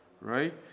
Right